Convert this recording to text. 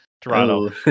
Toronto